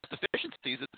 deficiencies